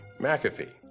McAfee